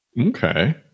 Okay